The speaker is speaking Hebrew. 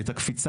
את הקפיצה